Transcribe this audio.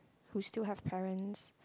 who still have parents